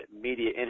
media